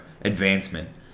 advancement